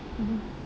mmhmm